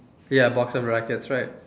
ya box of rackets right